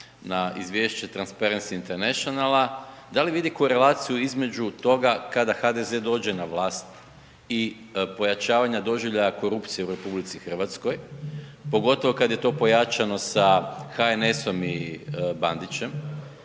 na izvješće Transparency International-a, da li vidi korelaciju između toga kada HDZ dođe na vlast i pojačavanja doživljaja korupcije u RH pogotovo kad je to pojačano sa HNS-om i Bandićem